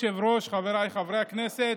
בעד הצביעו 33, כולל חברת הכנסת